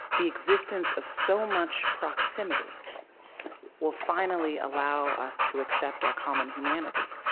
the existence of so much proximity will finally allow us to accept our common humanity?